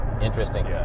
Interesting